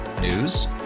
News